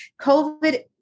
COVID